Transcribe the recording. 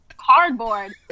cardboard